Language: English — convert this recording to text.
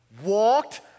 Walked